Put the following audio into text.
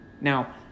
Now